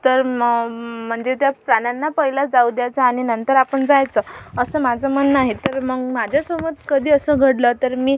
तर मग म्हणजे त्या प्राण्यांना पहिलं जाऊ द्यायचं आणि नंतर आपण जायचं असं माझं म्हणणं आहे तर मग माझ्यासोबत कधी असं घडलं तर मी